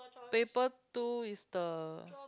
paper two is the